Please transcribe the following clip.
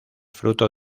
fruto